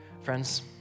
Friends